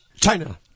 China